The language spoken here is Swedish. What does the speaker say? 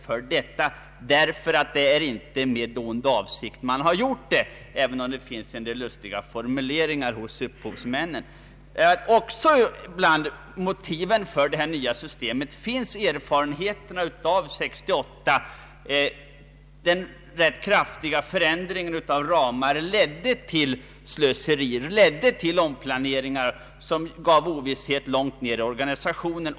Den har knappast gjort något med ond avsikt, även om det finns en del egendomliga formuleringar hos upphovsmännen. Bland motiven för det nya systemet finns uttryckligen erfarenheterna från 1968, då den rätt kraftiga förändringen av ramarna ledde till slöseri och omplaneringar, som medförde ovisshet långt ned i organisationen.